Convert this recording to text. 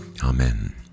Amen